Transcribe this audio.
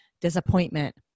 disappointment